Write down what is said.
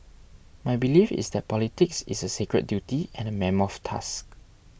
my belief is that politics is a sacred duty and a mammoth task